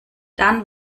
dann